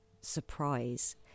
surprise